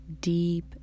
deep